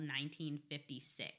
1956